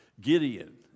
Gideon